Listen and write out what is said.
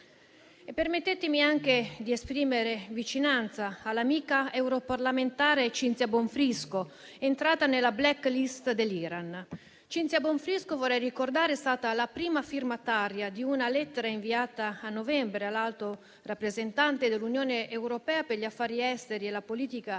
Consentitemi anche di esprimere vicinanza all'amica europarlamentare Cinzia Bonfrisco, entrata nella *black list* dell'Iran, perché, vorrei ricordarlo, è stata la prima firmataria di una lettera inviata a novembre all'Alto rappresentante dell'Unione europea per gli affari esteri e la politica di